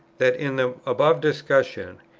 that, in the above discussion,